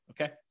Okay